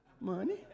money